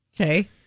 Okay